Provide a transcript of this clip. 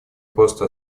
просто